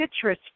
citrus